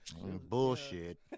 bullshit